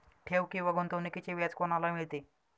ठेव किंवा गुंतवणूकीचे व्याज कोणाला मिळते?